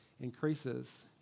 increases